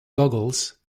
goggles